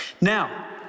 Now